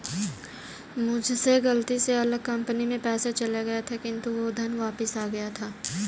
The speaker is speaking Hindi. मुझसे गलती से अलग कंपनी में पैसे चले गए थे किन्तु वो धन वापिस आ गया था